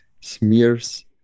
smears